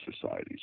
Societies